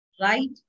Right